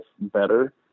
better